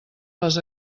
les